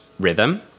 rhythm